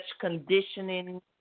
conditioning